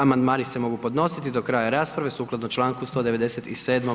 Amandmani se mogu podnositi do kraja rasprave sukladno čl. 197.